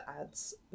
ads